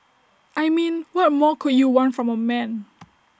I mean what more could you want from A man